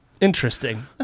interesting